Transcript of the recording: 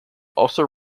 also